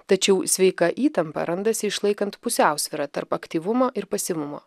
tačiau sveika įtampa randasi išlaikant pusiausvyrą tarp aktyvumo ir pasyvumo